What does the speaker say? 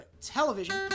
television